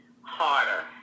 harder